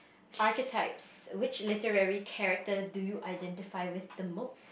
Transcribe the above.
archetypes which literary character do you identify with the most